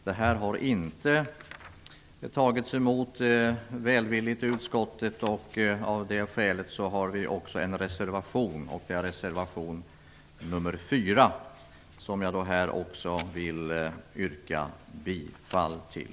Det här har inte tagits emot välvilligt i utskottet, och av det skälet har vi en reservation, nr 4, som jag här vill yrka bifall till.